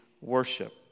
worship